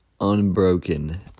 Unbroken